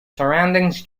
surroundings